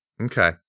okay